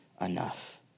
enough